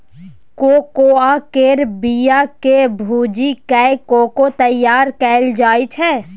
cocoa केर बिया केँ भूजि कय कोको तैयार कएल जाइ छै